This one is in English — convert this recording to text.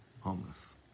homeless